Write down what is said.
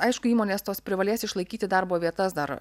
aišku įmonės tos privalės išlaikyti darbo vietas dar